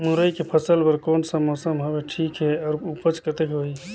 मुरई के फसल बर कोन सा मौसम हवे ठीक हे अउर ऊपज कतेक होही?